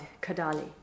Kadali